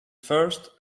first